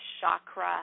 chakra